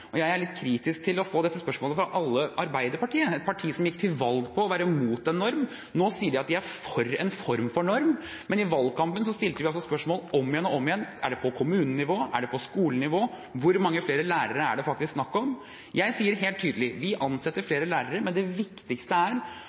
og jeg er litt kritisk til å få dette spørsmålet fra – av alle – Arbeiderpartiet, et parti som gikk til valg på å være mot en norm. Nå sier de at de er for en form for norm. Men i valgkampen stilte vi altså spørsmål om igjen og om igjen: Er det på kommunenivå, er det på skolenivå, hvor mange flere lærere er det faktisk snakk om? Jeg sier helt tydelig: Vi ansetter flere lærere, men det viktigste er